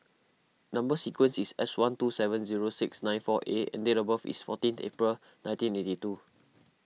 Number Sequence is S one two seven zero six nine four A and date of birth is fourteenth April nineteen eighty two